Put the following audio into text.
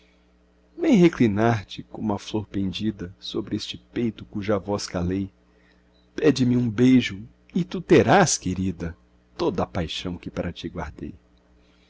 vem reclinar te como a flor pendida sobre este peito cuja voz calei pede-me um beijo e tu terás querida toda a paixão que para ti guardei